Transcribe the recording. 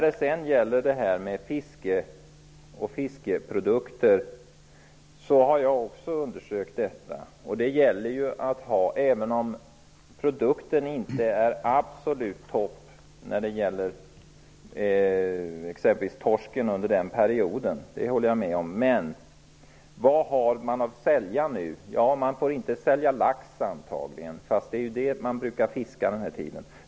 Jag har också undersökt fiske och fiskeprodukter. Jag håller med om att torsken inte är absolut tipptopp under sommarperioden, men vad har man att sälja nu? Man får antagligen inte sälja lax, men det är ju det man brukar fiska den här tiden.